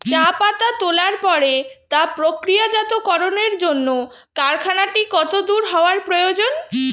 চা পাতা তোলার পরে তা প্রক্রিয়াজাতকরণের জন্য কারখানাটি কত দূর হওয়ার প্রয়োজন?